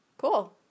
Cool